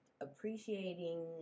appreciating